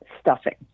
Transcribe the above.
stuffing